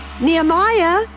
Nehemiah